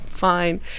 fine